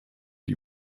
die